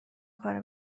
کار